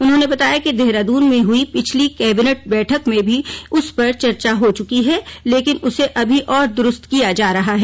उन्होंने बताया कि देहरादून में हुई पिछली कैबिनेट बैठक में भी उस पर चर्चा हो चुकी है लेकिन उसे अभी और दुरुस्त किया जा रहा है